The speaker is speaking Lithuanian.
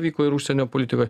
vyko ir užsienio politikoj